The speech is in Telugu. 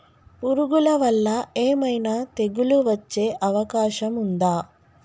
పురుగుల వల్ల ఏమైనా తెగులు వచ్చే అవకాశం ఉందా?